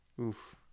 Oof